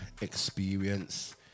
experience